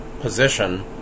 position